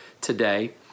today